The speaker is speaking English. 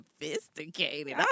sophisticated